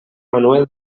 manuel